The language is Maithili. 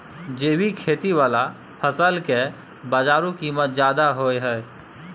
जैविक खेती वाला फसल के बाजारू कीमत ज्यादा होय हय